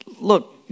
Look